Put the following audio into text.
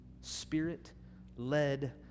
Spirit-led